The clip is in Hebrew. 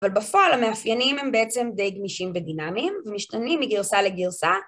אבל בפועל המאפיינים הם בעצם די גמישים ודינאמיים, משתנים מגרסה לגרסה.